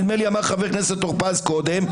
נדמה לי חבר הכנסת טור פז קודם,